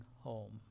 home